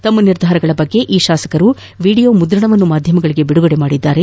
ತಮ್ಮ ನಿರ್ಧಾರಗಳ ಬಗ್ಗೆ ಈ ಶಾಸಕರು ವಿಡಿಯೋ ಮುದ್ರಣವನ್ನು ಮಾಧ್ವಮಗಳಿಗೆ ಬಿಡುಗಡೆ ಮಾಡಿದ್ದಾರೆ